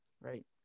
right